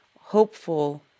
hopeful